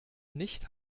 nicht